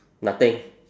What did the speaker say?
nothing